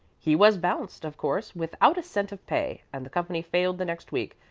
he was bounced, of course, without a cent of pay, and the company failed the next week,